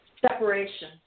separation